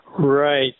Right